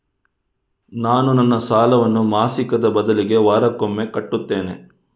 ನಾನು ನನ್ನ ಸಾಲವನ್ನು ಮಾಸಿಕದ ಬದಲಿಗೆ ವಾರಕ್ಕೊಮ್ಮೆ ಕಟ್ಟುತ್ತೇನೆ